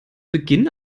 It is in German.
beginn